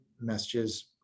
messages